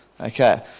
Okay